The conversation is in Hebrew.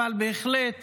אבל בהחלט